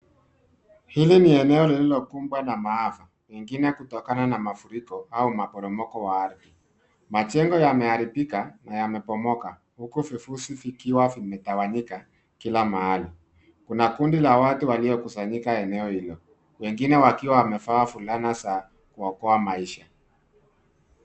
Hili ni eneo lililokumbwa na maafa pengine kutokana na mafuriko au maporomoko wa ardhi. Majengo yameharibika na yamebomoka huku vifusi vikiwa vimetawanyika kila mahali. Kuna kundi la watu liliokusanyika eneo hilo wengine wakiwa wamevaa fulana za kuokoa maisha.